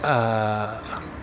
uh